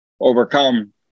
overcome